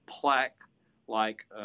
plaque-like